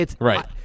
Right